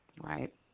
right